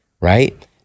right